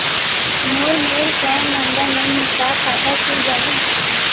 मोर मेर PAN number नई हे का खाता खुल जाही?